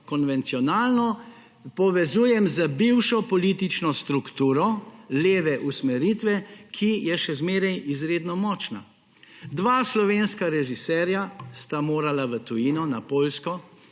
konvencionalno povezujem z bivšo politično strukturo leve usmeritve, ki je še zmeraj izredno močna. Dva slovenska režiserja sta morala v tujino na Poljsko